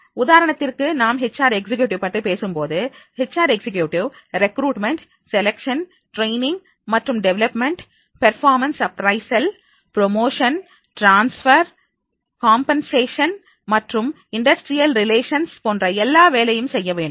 உதாரணத்திற்கு நாம் H R executive பற்றி பேசும்போது H R executive recruitment selection training மற்றும் development performance appraisal promotion transfer compensation மற்றும் இன்டஸ்ட்ரியல் ரிலேஷன்ஸ் போன்ற எல்லா வேலையும் செய்ய வேண்டும்